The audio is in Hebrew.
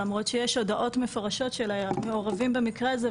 למרות שיש הודעות מפורשות של המעורבים במקרה הזה,